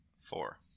four